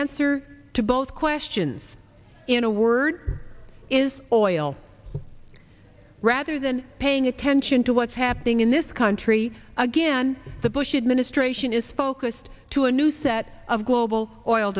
answer to both questions in a word is always well rather than paying attention to what's happening in this country again the bush administration is focused to a new set of global oil